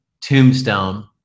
tombstone